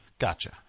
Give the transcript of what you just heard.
Gotcha